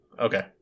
Okay